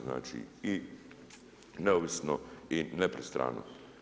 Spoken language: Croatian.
Znači neovisno i nepristrano.